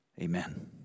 amen